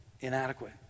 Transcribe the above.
inadequate